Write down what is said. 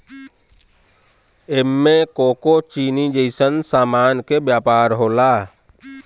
एमे कोको चीनी जइसन सामान के व्यापार होला